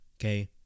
okay